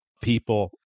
people